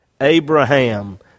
Abraham